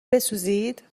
بسوزید